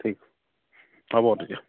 ঠিক হ'ব তেতিয়া